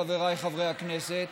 חבריי חברי הכנסת,